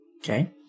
Okay